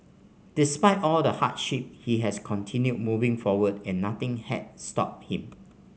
despite all the hardship he has continued moving forward and nothing has stopped him